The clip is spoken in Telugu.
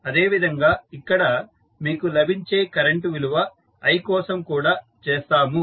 అదే విధంగా ఇక్కడ మీకు లభించే కరెంటు విలువ i కోసం కూడా చేస్తాము